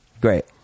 Great